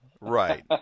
Right